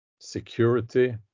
security